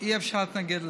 אי-אפשר להתנגד לזה.